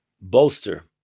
bolster